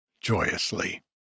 joyously